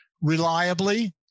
reliably